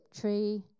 tree